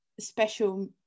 special